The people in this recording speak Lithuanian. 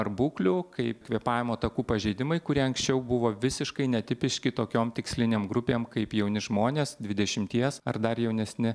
ar būklių kaip kvėpavimo takų pažeidimai kurie anksčiau buvo visiškai netipiški tokiom tikslinėm grupėm kaip jauni žmonės dvidešimties ar dar jaunesni